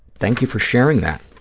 thank you for sharing that.